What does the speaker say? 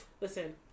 Listen